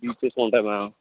Behçet's ఉంటాయి ma'am